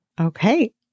Okay